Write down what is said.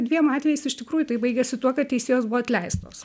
dviem atvejais iš tikrųjų tai baigėsi tuo kad teisėjos buvo atleistos